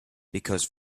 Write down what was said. because